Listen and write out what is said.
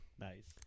Nice